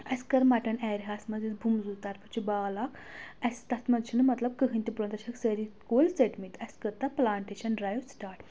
اَسہِ کٔر مَٹن اَیٚریاہَس منٛز یُس بونٛزوٗ طرفہٕ چھِ بال اکھ اَسہِ تَتھ منٛز چھِنہٕ مطلب کٕہٕنۍ تہِ پُلانٕس تَتِہ چھِکھ سٲری کُلۍ ژٔٹمٕتۍ اَسہِ کٔر تَتھ پٕلانٹیشَن ڈرٛایِو سٕٹاٹ